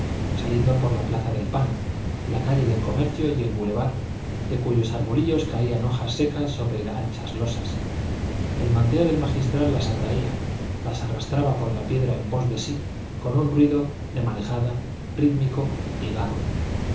saliendo por la plaza del pan la calle del comercio y el boulevard de cuyos arbolillos caían hojas secas sobre anchas losas el manteo del magistral las atraía las arrastraba por la piedra en pos de sí con un ruido de marejada rítmico y